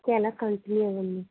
okay అలా continue అవ్వండి